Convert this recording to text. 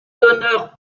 donneur